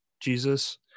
Jesus